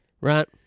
Right